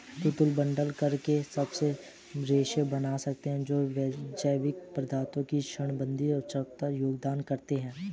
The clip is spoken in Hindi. तंतु बंडल करके बड़े रेशे बना सकते हैं जो कई जैविक पदार्थों की श्रेणीबद्ध संरचना में योगदान करते हैं